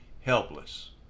helpless